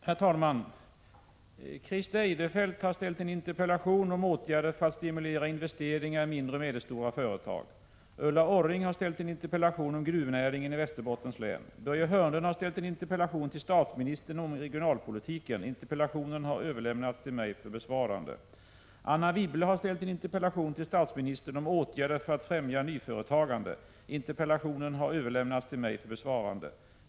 Herr talman! Christer Eirefelt har ställt en interpellation om åtgärder för att stimulera investeringar i mindre och medelstora företag. Ulla Orring har ställt en interpellation om gruvnäringen i Västerbottens län. Börje Hörnlund har ställt en interpellation till statsministern om regionalpolitiken. Interpellationen har överlämnats till mig för besvarande. Anne Wibble har ställt en interpellation till statsministern om åtgärder för att främja nyföretagande. Interpellationen har överlämnats till mig för besvarande.